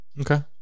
okay